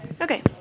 Okay